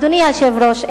אדוני היושב-ראש,